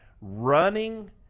running